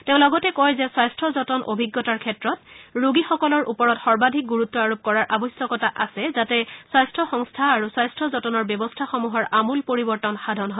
তেওঁ লগতে কয় যে স্বাস্থ্য যতন অভিজ্ঞতাৰ ক্ষেত্ৰত ৰোগীসকলৰ ওপৰত সৰ্বাধিক গুৰুত্ব আৰোপ কৰাৰ আৱশ্যকতা আছে যাতে স্বাস্থ্য সংস্থা আৰু স্বাস্থ্য যতনৰ ব্যৱস্থাসমূহৰ আমূল পৰিবৰ্তন সাধন হয়